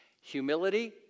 Humility